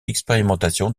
expérimentation